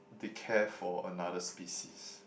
they care for another species